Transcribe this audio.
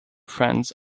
friends